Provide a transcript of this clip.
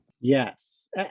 Yes